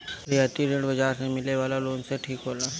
रियायती ऋण बाजार से मिले वाला लोन से ठीक होला